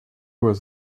was